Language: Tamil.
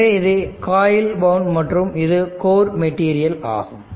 எனவே இது காயில்வஉண்ட் மற்றும் இது கோர் மெட்டீரியல் ஆகும்